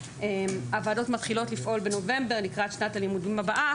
הוועדות מתחילות לפעול בנובמבר לקראת שנת הלימודים הבאה.